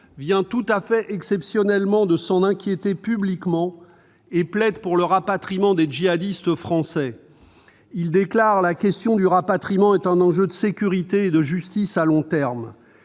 vient, tout à fait exceptionnellement, de s'en inquiéter publiquement et plaide pour le rapatriement des djihadistes français. Selon lui, « la question du rapatriement est un enjeu de sécurité et de justice à long terme ».